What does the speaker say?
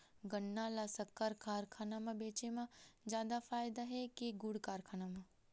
गन्ना ल शक्कर कारखाना म बेचे म जादा फ़ायदा हे के गुण कारखाना म?